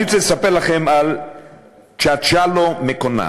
אני רוצה לספר לכם על צ'אלאצ'ו מקונן.